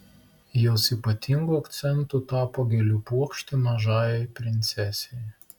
jos ypatingu akcentu tapo gėlių puokštė mažajai princesei